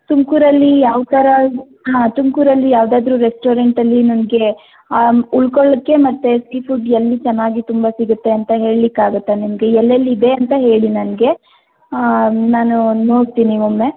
ತುಮಕೂರಲ್ಲಿ ಯಾವ ಥರ ಹಾಂ ತುಮಕೂರಲ್ಲಿ ಯಾವುದಾದ್ರೂ ರೆಸ್ಟೋರೆಂಟಲ್ಲಿ ನನಗೆ ಉಳ್ಕೊಳ್ಳೋಕ್ಕೆ ಮತ್ತು ಸೀಫುಡ್ ಎಲ್ಲಿ ಚೆನ್ನಾಗಿ ತುಂಬ ಸಿಗುತ್ತೆ ಅಂತ ಹೇಳ್ಲಿಕ್ಕೆ ಆಗುತ್ತಾ ನಿಮಗೆ ಎಲ್ಲೆಲ್ಲಿದೆ ಅಂತ ಹೇಳಿ ನನಗೆ ನಾನು ನೋಡ್ತೀನಿ ಒಮ್ಮೆ